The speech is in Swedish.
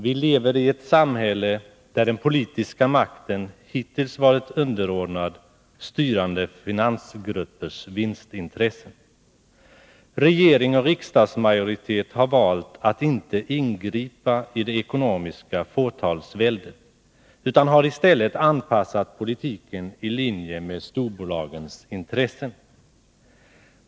Vi lever i ett samhälle där den politiska makten hittills varit underordnad styrande finansgruppers vinstintressen. Regering och riksdagsmajoritet har valt att inte ingripa i det ekonomiska fåtalsväldet, utan har i stället anpassat politiken i linje med storbolagens intressen.